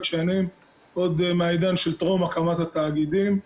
שנים עוד מהעידן של טרום הקמת התאגידים,